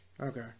Okay